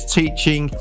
teaching